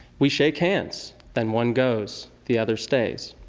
we shake hands then one goes, the other stays.